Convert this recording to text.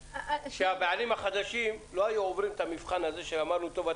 לו הבעלים החדשים לא היו עוברים את המבחן הזה של טובת